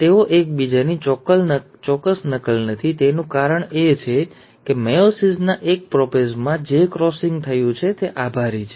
તેઓ એકબીજાની ચોક્કસ નકલ નથી તેનું કારણ એ છે કે મેયોસિસના એક પ્રોપેઝમાં જે ક્રોસિંગ થયું છે તે આભારી છે